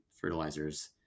fertilizers